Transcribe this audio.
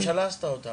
הממשלה עשתה אותה,